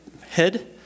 head